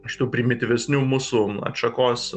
šitų primityvesnių mūsų atšakos